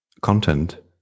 content